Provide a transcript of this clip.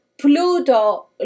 Pluto